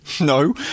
No